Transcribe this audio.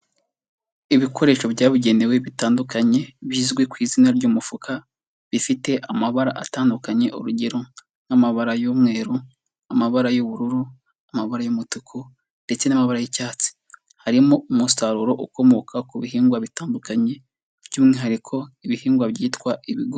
Ibikoresho byabugenewe bitandukanye, bizwi ku izina ry'umufuka, bifite amabara atandukanye urugero, nk'amabara y'umweru, amabara y'ubururu, amabara y'umutuku, ndetse n'amabara y'icyatsi. Harimo umusaruro ukomoka ku bihingwa bitandukanye, by'umwihariko ibihingwa byitwa ibigo...